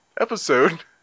episode